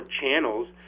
channels